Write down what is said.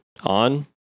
on